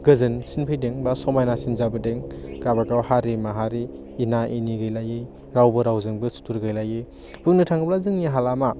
गोजोनसिन फैदों बा समायनासिन जाबोदों गाबागाव हारि माहारि एना एनि गैलायै रावबो रावजोंबो सुथुर गैलायै बुंनो थाङोब्ला जोंनि हालामा